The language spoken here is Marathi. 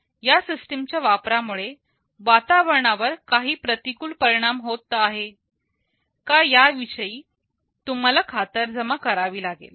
या सिस्टीम च्या वापरामुळे वातावरणावर काही प्रतिकूल परिणाम होत आहेत का याविषयी तुम्हाला खातरजमा करावी लागेल